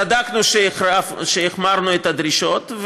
צדקנו כשהחמרנו את הדרישות,